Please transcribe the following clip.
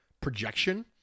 projection